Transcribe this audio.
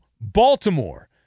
Baltimore